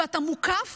ואתה מוקף